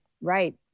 right